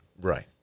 Right